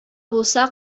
булса